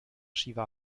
shiva